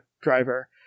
driver